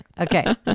Okay